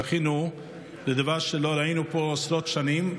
זכינו לדבר שלא ראינו פה שנים,